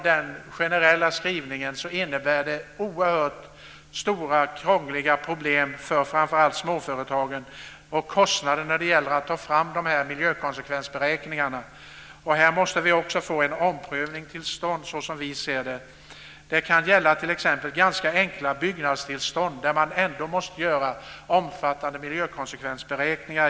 Den generella skrivningen medför, visar det sig, att framför allt småföretagen drabbas av stora problem och kostnader när de ska ta fram miljökonsekvensberäkningar. Som vi ser det måste man också här få en omprövning till stånd. Även i samband med t.ex. ganska enkla byggnadstillstånd måste man göra omfattande miljökonsekvensberäkningar.